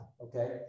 Okay